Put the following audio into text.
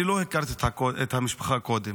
אני לא הכרתי את המשפחה קודם